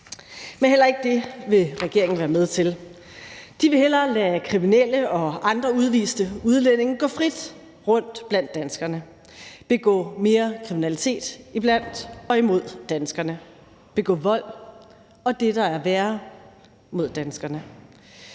Men heller ikke det vil regeringen være med til. De vil hellere lade kriminelle og andre udviste udlændinge gå frit rundt blandt danskerne, begå mere kriminalitet iblandt og imod danskerne og begå vold og det, der er værre, mod danskerne.